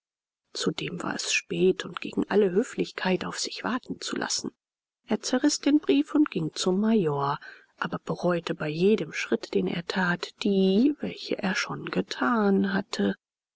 zudem war es spät und gegen alle höflichkeit auf sich warten zu lassen er zerriß den brief und ging zum major aber bereute bei jedem schritt den er tat die welche er schon getan hatte